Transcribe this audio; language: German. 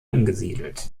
angesiedelt